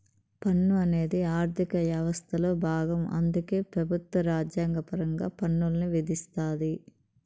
పన్ను అనేది ఆర్థిక యవస్థలో బాగం అందుకే పెబుత్వం రాజ్యాంగపరంగా పన్నుల్ని విధిస్తాది